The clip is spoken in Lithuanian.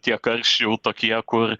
tie karščiai jau tokie kur